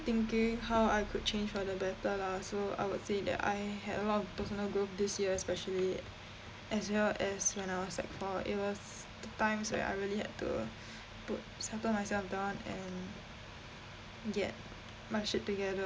thinking how I could change for the better lah so I would say that I had a lot of personal growth this year especially as well as when I was sec four it was the times where I really had to put settle myself down and get my shit together